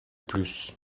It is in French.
plus